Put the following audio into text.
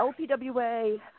LPWA